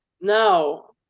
No